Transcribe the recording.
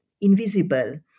invisible